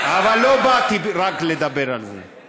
אבל לא באתי לדבר רק על זה.